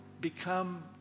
become